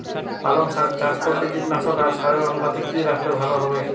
পালং শাক চাষ করতে কীটনাশক আর সারের অনুপাত কি রাখলে ভালো হবে?